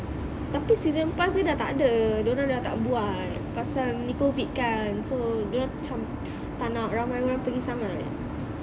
tapi season pass dia dah takde diorang dah tak buat pasal ni COVID kan so diorang cam tak nak ramai orang pergi sangat